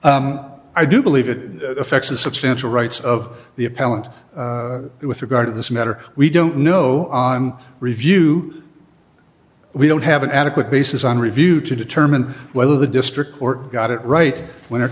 i do believe it affects the substantial rights of the appellant with regard to this matter we don't know on review we don't have an adequate basis on review to determine whether the district court got it right when